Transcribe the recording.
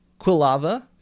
Quilava